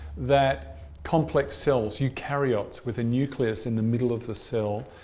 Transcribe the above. that complex cells, yeah ucariots with a nucleus in the middle of the cell,